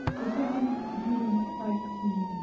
the second june nineteen,